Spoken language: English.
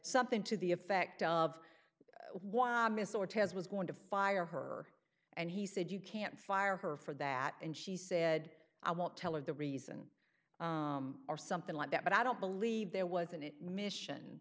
something to the effect of while miss ortez was going to fire her and he said you can't fire her for that and she said i won't tell of the reason or something like that but i don't believe there was an admission